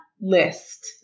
list